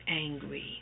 angry